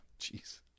Jeez